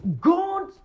God